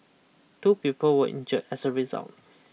two people were injure as a result